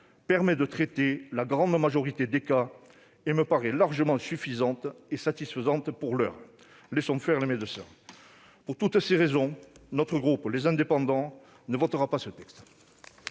permet de traiter la grande majorité des cas. Elle me paraît largement suffisante et satisfaisante pour l'heure. Laissons faire les médecins. Pour toutes ces raisons, le groupe Les Indépendants - République et